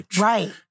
Right